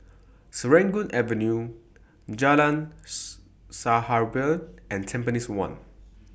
Serangoon Avenue Jalan Sahabat and Tampines one